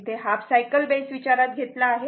तिथे half cycle base विचारात घेतला आहे